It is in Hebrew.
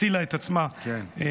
הצילה את עצמה, לשמחתי.